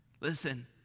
Listen